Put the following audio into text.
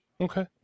Okay